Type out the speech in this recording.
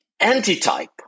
antitype